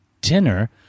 dinner